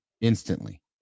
instantly